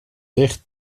ligt